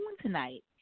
tonight